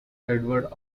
edward